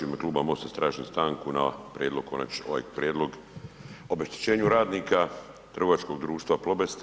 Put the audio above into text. U ime Kluba MOST-a tražim stanku na prijedlog konačni ovaj prijedlog o obeštećenju radnika trgovačkog društva Plobest.